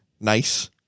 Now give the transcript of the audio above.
nice